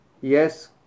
yes